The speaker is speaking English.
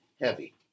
heavy